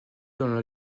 dans